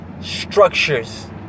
structures